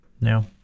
No